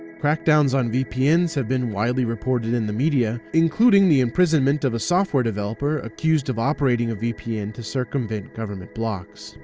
crackdowns on vpns so have been widely reported in the media, including the imprisonment of a software developer, accused of operating a vpn to circumvent government blocks